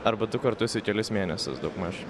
arba du kartus į kelis mėnesius daugmaž